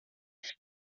that